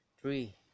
three